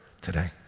today